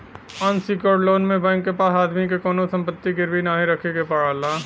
unsecured loan में bank के पास आदमी के कउनो संपत्ति गिरवी नाहीं रखे के पड़ला